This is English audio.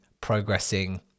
progressing